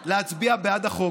להצביע בעד החוק,